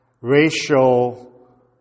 racial